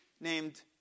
named